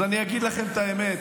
אז אני אגיד לכם את האמת.